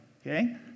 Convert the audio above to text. Okay